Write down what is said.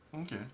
Okay